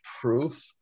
proof